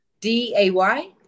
D-A-Y